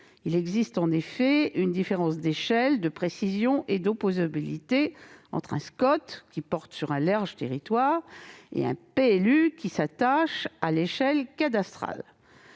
Il existe en effet une différence d'échelle, de précision et d'opposabilité entre un SCoT, qui porte sur un large territoire, et un PLU, qui s'attache à l'échelle cadastrale.